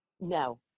No